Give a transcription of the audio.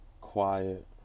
quiet